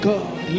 God